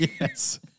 Yes